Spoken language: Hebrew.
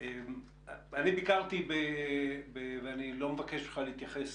אני לא מבקש ממך להתייחס